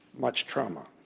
much trauma.